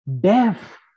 deaf